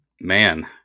man